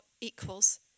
equals